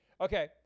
Okay